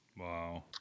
wow